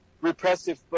repressive